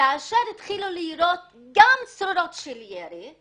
כאשר התחילו לירות צרורות של ירי,